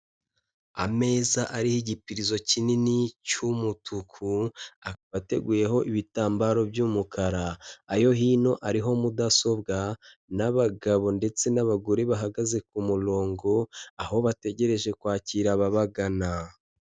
Ameza ariho igipirizo kinini cy'umutuku akaba ateguyeho ibitambaro by'umukara, ayo hino ariho mudasobwa n'abagabo ndetse n'abagore bahagaze ku murongo aho bategereje kwakira ababagana.